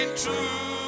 true